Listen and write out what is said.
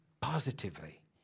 positively